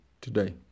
today